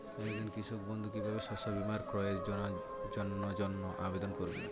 একজন কৃষক বন্ধু কিভাবে শস্য বীমার ক্রয়ের জন্যজন্য আবেদন করবে?